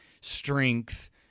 strength